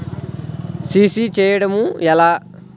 CC చేయడము ఎలా?